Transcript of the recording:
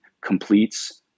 completes